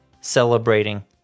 celebrating